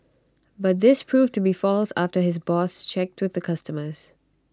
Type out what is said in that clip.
but this proved to be false after his boss checked with the customers